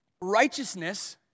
Righteousness